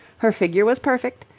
her figure was perfect,